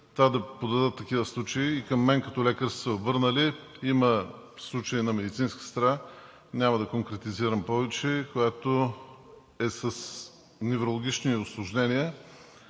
това да подадат такива случаи. И към мен, като лекар, са се обърнали – има случай на медицинска сестра, няма да конкретизирам повече, която е с неврологични усложнения.